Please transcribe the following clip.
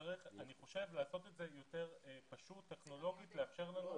אני חושב שצריך לעשות את זה יותר פשוט טכנולוגית ולאפשר לנו.